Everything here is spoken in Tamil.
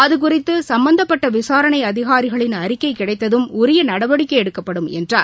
அது பற்றிசம்பந்தப்பட்டவிசாரணை அதிகாரிகளின் அழிக்கைகிடைத்ததும் உரியநடவடிக்கைஎடுக்கப்படும் என்றார்